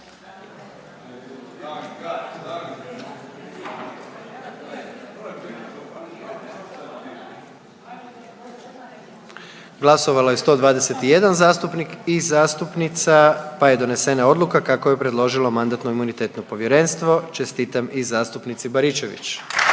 Glasovalo je 121 zastupnik i zastupnica, pa je donesena odluka kako ju je predložilo MIP. Čestitam i zastupnici Baričević